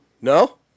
No